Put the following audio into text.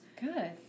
good